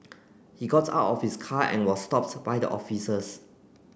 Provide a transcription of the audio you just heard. he got out of his car and was stopped by the officers